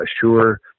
sure